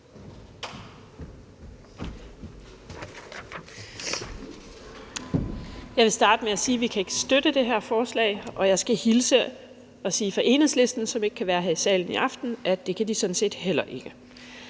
Jeg vil starte med at sige, at vi ikke kan støtte det her forslag, og jeg skal hilse at sige fra Enhedslisten, som ikke kan være her i salen i aften, at det kan de sådan set heller ikke.